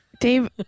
Dave